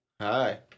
Hi